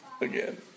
again